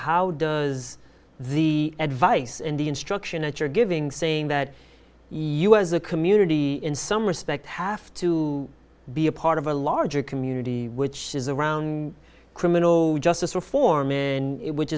how does the advice and the instruction that you're giving saying that you as a community in some respect have to be a part of a larger community which is around criminal justice reform in it which